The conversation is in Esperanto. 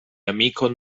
amikon